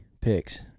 picks